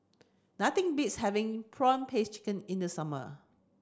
nothing beats having prawn paste chicken in the summer